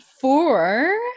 four